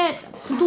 that two